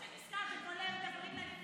את לא מעודכנת.